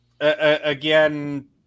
Again